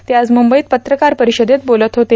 ते आज मुंबईत पत्रकार परिषदेत बोलत होते